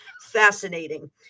fascinating